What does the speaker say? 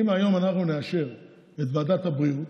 אם היום אנחנו נאשר את ועדת הבריאות,